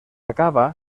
acaba